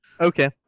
okay